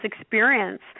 experience